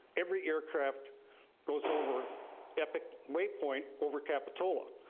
every aircraft goes over way point over capitola.